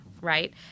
right